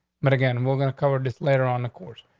but again, we're gonna cover this later on the course.